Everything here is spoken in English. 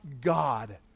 God